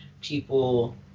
people